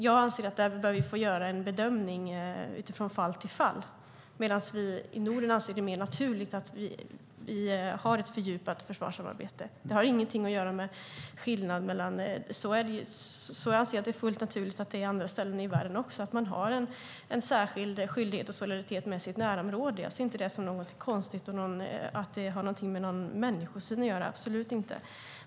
Jag anser att vi bör få göra en bedömning från fall till fall, medan vi beträffande Norden anser det vara mer naturligt att vi har ett fördjupat försvarssamarbete. Jag anser att det är fullt naturligt att det är så också på andra ställen i världen, att man har en särskild skyldighet för och solidaritet med sitt närområde. Jag ser inte det som något konstigt och att det har något med någon människosyn att göra - absolut inte.